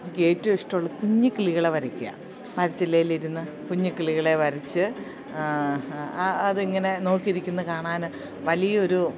എനിക്ക് ഏറ്റവും ഇഷ്ടമുള്ളത് കുഞ്ഞിക്കിളികളെ വരക്കുക മരച്ചില്ലയിലിരുന്ന് കുഞ്ഞിക്കിളികളെ വരച്ച് അ അതിങ്ങനെ നോക്കിയിരിക്കുന്നതു കാണാൻ വലിയൊരു